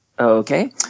Okay